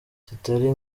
zitari